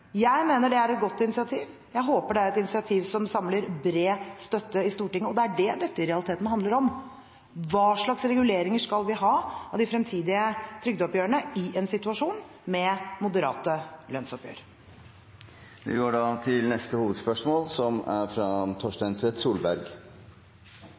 Jeg mener det er et godt initiativ, og jeg håper det er et initiativ som samler bred støtte i Stortinget. Og det er dét dette i realiteten handler om – hva slags reguleringer vi skal ha av de fremtidige trygdeoppgjørene i en situasjon med moderate lønnsoppgjør. Vi går til neste hovedspørsmål.